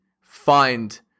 find